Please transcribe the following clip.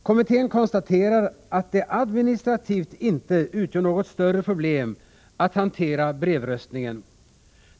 Kommittén konstaterar att det administrativt inte utgör något större problem att hantera brevröstningen.